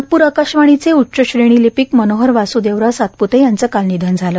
नागपूर आकाशवाणीचे उच्च श्रेणी लिपीक मनोहर वासुदेवराव सातपुते यांचं काल निधन झालं